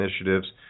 initiatives